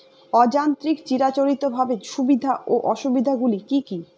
অযান্ত্রিক চিরাচরিতভাবে সুবিধা ও অসুবিধা গুলি কি কি?